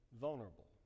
vulnerable